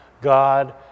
God